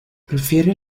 prefiere